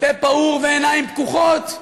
פה פעור ועיניים פקוחות,